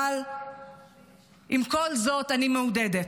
אבל עם כל זאת אני מעודדת.